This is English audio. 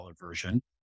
version